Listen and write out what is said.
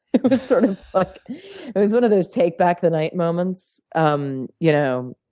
it was sort of like it was one of those take back the night moments, um you know,